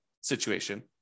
situation